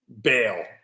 bail